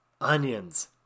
Onions